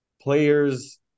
players